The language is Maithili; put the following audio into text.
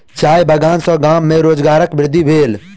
चाय बगान सॅ गाम में रोजगारक वृद्धि भेल